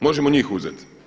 Možemo njih uzeti.